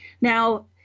Now